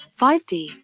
5D